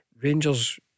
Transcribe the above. Rangers